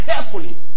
carefully